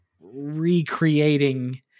recreating